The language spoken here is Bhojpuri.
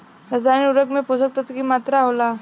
रसायनिक उर्वरक में पोषक तत्व की मात्रा होला?